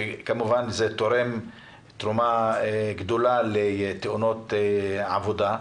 שזה כמובן תורם תרומה גדולה לתאונות עבודה.